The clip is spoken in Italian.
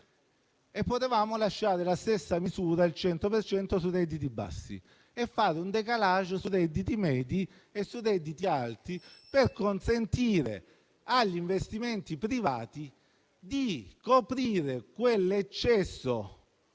Potevamo lasciare la stessa misura al 100 per cento sui redditi bassi e fare un *décalage* sui redditi medi e sui redditi alti per consentire agli investimenti privati di coprire quell'eccesso,